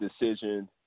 decision